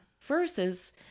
Versus